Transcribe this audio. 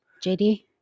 JD